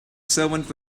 servant